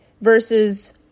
Versus